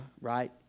right